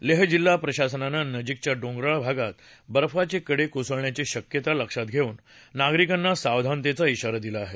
लेह जिल्हा प्रशासनानं नजिकच्या डोंगराळ भागात बर्फाचे कडे कोसळण्याची शक्यता लक्षात घेऊन नागरिकांना सावधानतेचा धि़ारा दिला आहे